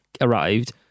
arrived